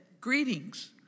greetings